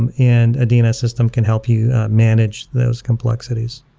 um and a dns system can help you manage those complexities.